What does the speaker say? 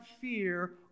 fear